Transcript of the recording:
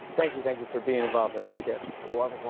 thank you, thank you for being involved in that sketch.